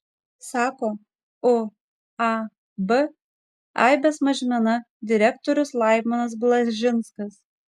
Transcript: sako uab aibės mažmena direktorius laimonas blažinskas